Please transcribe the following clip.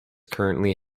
currently